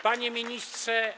Panie Ministrze!